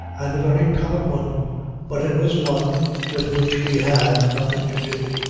and a very common one but it was one with which we had nothing to do,